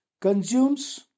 consumes